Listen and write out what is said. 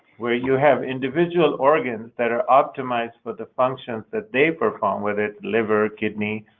where you have individual organs that are optimized for the functions that they perform, whether it's liver, kidney,